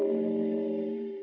um